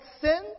sin